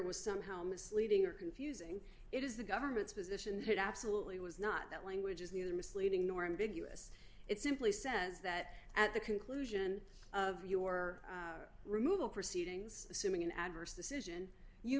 was somehow misleading or confusing it is the government's position that it absolutely was not that language is neither misleading nor ambiguous it simply says that at the conclusion of your removal proceedings assuming an adverse decision you